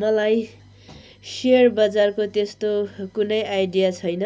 मलाई सेयर बजारको त्यस्तो कुनै आइडिया छैन